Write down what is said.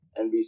NBC